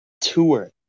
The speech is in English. Tour